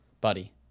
buddy